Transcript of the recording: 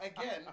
Again